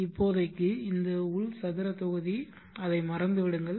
இப்போதைக்கு இந்த உள் சதுர தொகுதி அதை மறந்து விடுங்கள்